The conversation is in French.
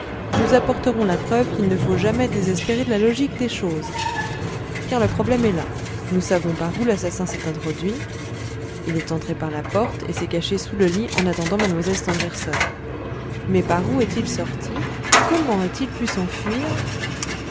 nous apporterons la preuve qu'il ne faut jamais désespérer de la logique des choses car le problème est là nous savons par où l'assassin s'est introduit il est entré par la porte et s'est caché sous le lit en attendant mlle stangerson mais par où est-il sorti comment a-t-il pu s'enfuir